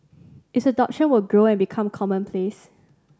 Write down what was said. its adoption will grow and become commonplace